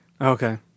okay